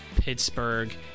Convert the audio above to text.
Pittsburgh